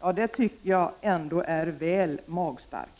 är, tycker jag, ändå väl magstarkt.